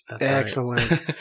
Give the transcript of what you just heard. Excellent